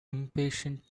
impatient